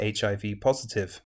HIV-positive